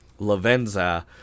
Lavenza